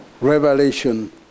Revelation